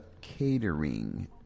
Catering